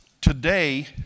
today